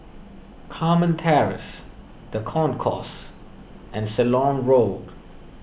Carmen Terrace the Concourse and Ceylon Road